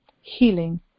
healing